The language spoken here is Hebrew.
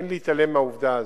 להתעלם מהעובדה הזאת.